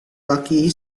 laki